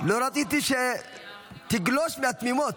לא רציתי שתגלוש מהתמימות.